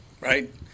right